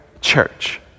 church